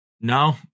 No